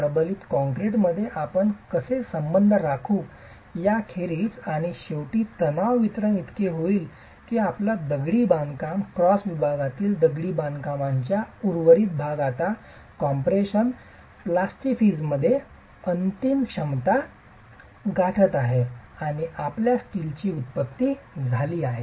प्रबलित काँक्रीटमध्ये आपण कसे संपर्क साधू यासारखेच आणि शेवटी तणाव वितरण इतके होईल की आपला दगडी बांधकाम क्रॉस विभागातील दगडी बांधकामांचा उर्वरित भाग आता कॉम्प्रेशन प्लॅस्टीफिजमध्ये अंतिम क्षमता गाठत आहे आणि आपल्या स्टीलची उत्पत्ती झाली आहे